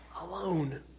alone